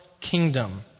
kingdom